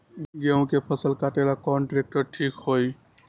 गेहूं के फसल कटेला कौन ट्रैक्टर ठीक होई?